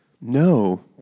No